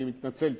אני מתנצל.